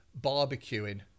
barbecuing